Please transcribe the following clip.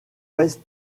ouest